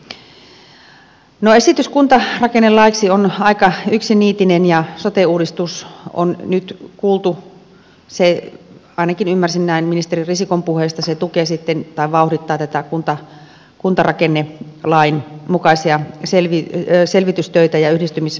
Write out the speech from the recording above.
esitys kuntarakennelaiksi on aika yksiniitinen ja sote uudistus on nyt kuultu se ainakin ymmärsin näin ministeri risikon puheesta vauhdittaa kuntarakennelain mukaisia selvitystöitä ja yhdistymissopimuksia